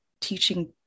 teaching